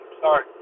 sorry